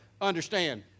understand